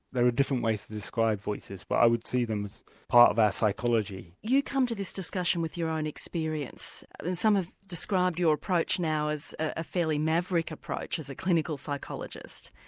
there are different ways to describe voices but i would see them as part of our psychology. you come to this discussion with your own experience and some have described your approach now as a fairly maverick approach as a clinical psychologist.